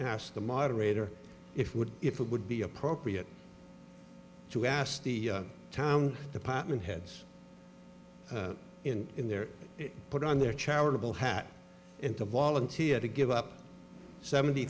ask the moderator if would if it would be appropriate two asked the town department heads in in there put on their charitable hat into volunteer to give up seventy